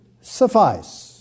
suffice